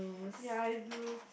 ya I do